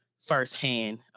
Firsthand